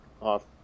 off